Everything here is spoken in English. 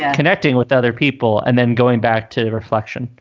connecting with other people and then going back to reflection.